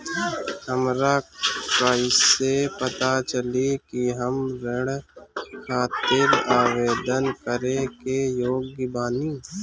हमरा कईसे पता चली कि हम ऋण खातिर आवेदन करे के योग्य बानी?